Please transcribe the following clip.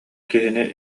киһини